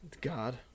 God